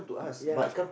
ya